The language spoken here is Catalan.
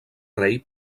rei